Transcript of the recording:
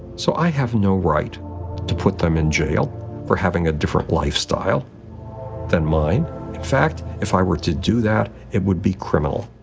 so i have no right to put them in jail for having a different lifestyle than mine. in fact, if i were to do that, it would be criminal.